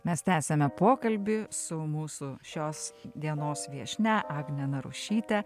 mes tęsiame pokalbį su mūsų šios dienos viešnia agne narušyte